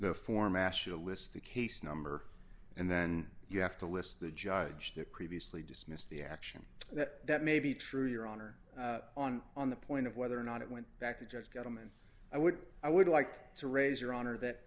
the form asks a list the case number and then you have to list the judge that previously dismissed the action that that may be true your honor on on the point of whether or not it went back to judge gettleman i would i would like to raise your honor that